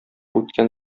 үткән